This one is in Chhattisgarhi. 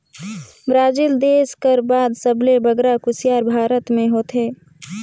ब्राजील देस कर बाद सबले बगरा कुसियार भारत में होथे